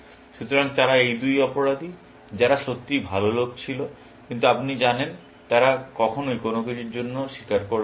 সুতরাং তারা এই দুই অপরাধী যারা সত্যিই ভাল লোক ছিল কিন্তু আপনি জানেন তারা কখনই কোন কিছুর জন্যই স্বীকার করবে না